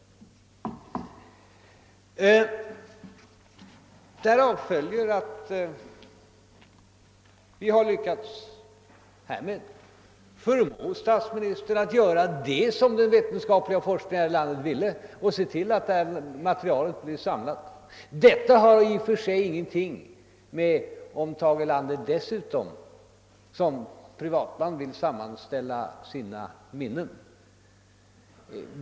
På detta sätt har vi alltså lyckats förmå Tage Erlander att göra det som vetenskaplig forskning här i landet ville och se till att materialet blir samlat. Detta har i och för sig ingenting att göra med om Tage Erlander dessutom som privatman vill sammanställa sina minnen.